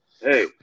Hey